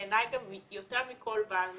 בעיניי גם יותר מכל בעל מקצוע.